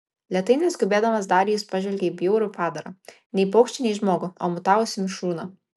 lėtai neskubėdamas darijus pažvelgė į bjaurų padarą nei paukštį nei žmogų o mutavusį mišrūną